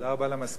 תודה רבה למזכיר.